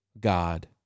God